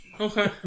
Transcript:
Okay